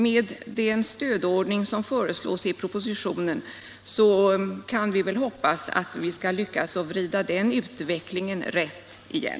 Men med den stödordning som nu föreslås i propositionen kan vi väl hoppas att vi skall lyckas vrida den utvecklingen rätt igen.